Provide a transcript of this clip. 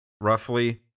roughly